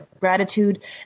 gratitude